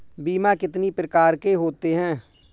बीमा कितनी प्रकार के होते हैं?